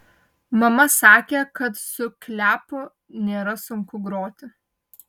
mama sakė kad su kliapu nėra sunku groti